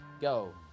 Go